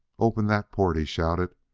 open that port! he shouted.